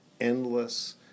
endless